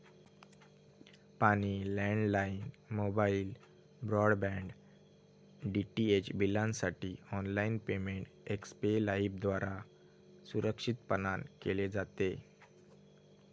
पाणी, landline, mobile, broadband, DTH बिलांसाठी online payment Xpay लाइफद्वारा सुरक्षितपणान केले जाते